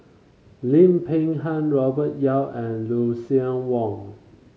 Lim Peng Han Robert Yeo and Lucien Wang